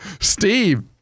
Steve